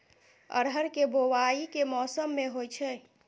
अरहर केँ बोवायी केँ मौसम मे होइ छैय?